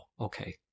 Okay